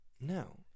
No